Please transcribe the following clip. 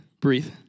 Breathe